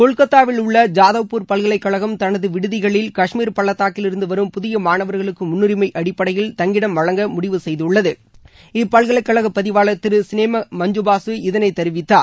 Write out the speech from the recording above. கொல்கத்தாவிலுள்ள ஜாதவ்பூர் பல்கலைக்கழகம் தனது விடுதிகளில் கஷ்மீர் பள்ளத்தாக்கிலிருந்து வரும் புதிய மாணவர்களுக்கு முன்னுரிமை அடிப்படையில் தங்கிடம் வழங்க முடிவு செய்துள்ளது இப்பல்கலைக்கழக பதிவாளர் திரு சினேகமஞ்சுபாசு இதனை தெரிவித்தார்